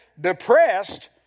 depressed